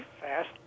fast